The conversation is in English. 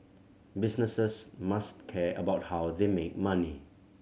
businesses must care about how they make money